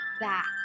back